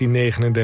1939